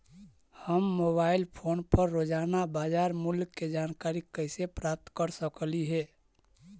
हम mobile phone पर रोजाना बाजार मूल्य के जानकारी कैसे प्राप्त कर सकली हे?